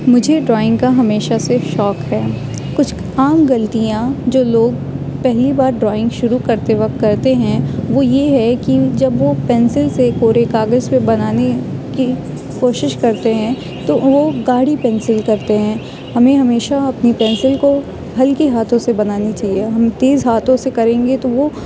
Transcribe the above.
مجھے ڈرائنگ کا ہمیشہ سے شوق ہے کچھ عام غلطیاں جو لوگ پہلی بار ڈرائنگ شروع کرتے وقت کرتے ہیں وہ یہ ہے کہ جب وہ پنسل سے کورے کاغذ پہ بنانے کی کوشش کرتے ہیں تو وہ گاڑھی پنسل کرتے ہیں ہمیں ہمیشہ اپنی پنسل کو ہلکے ہاتھوں سے بنانی چاہیے ہم تیز ہاتھوں سے کریں گے تو وہ